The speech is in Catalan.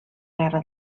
guerra